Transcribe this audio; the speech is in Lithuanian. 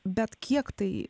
bet kiek tai